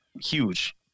huge